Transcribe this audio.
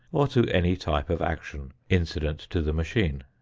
or to any type of action incident to the machine.